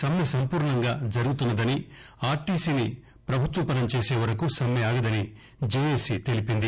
సమ్మె సంపూర్ణంగా జరుగుతన్నదని ఆర్టీసీని పభుత్వపరం చేసేవరకు సమ్మె ఆగదని జెఏసి తెలిపింది